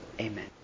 Amen